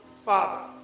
father